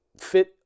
fit